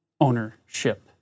ownership